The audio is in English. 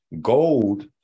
Gold